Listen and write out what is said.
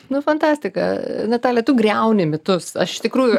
nu fantastika natalija tu griauni mitus aš iš tikrųjų